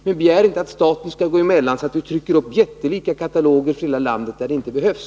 Men begär inte att staten skall gå emellan för att televerket skall kunna trycka upp jättelika kataloger där det inte behövs.